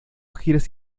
giras